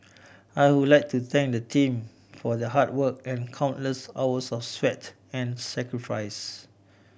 I would like to thank the team for their hard work and countless hours of sweat and sacrifice